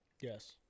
Yes